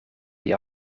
die